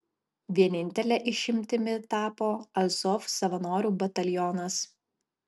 vienintele išimtimi tapo azov savanorių batalionas